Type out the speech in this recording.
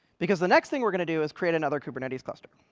because the next thing we're going to do is create another kubernetes cluster.